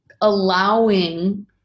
allowing